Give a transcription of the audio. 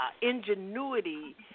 Ingenuity